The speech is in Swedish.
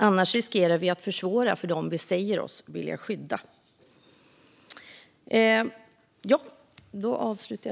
Annars riskerar vi att försvåra för dem vi säger oss vilja skydda.